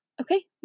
Okay